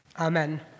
Amen